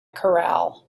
corral